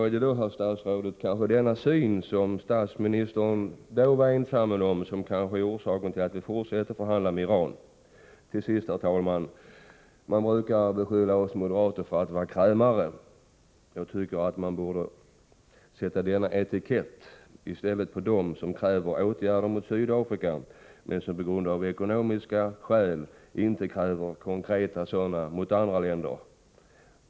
Är det, herr statsråd, kanske denna syn, som statsministern då var ensam om, som är orsaken till att vi fortsätter att förhandla med Iran? Man brukar beskylla oss moderater för att vara krämare. Jag tycker att man i stället borde sätta den etiketten på dem som kräver åtgärder mot Sydafrika men som av ekonomiska skäl inte kräver några konkreta åtgärder mot andra länder.